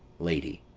lady.